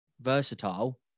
versatile